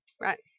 Right